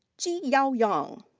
zhiyao yang.